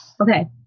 Okay